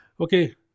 okay